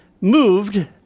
moved